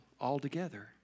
altogether